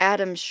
Adam